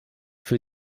für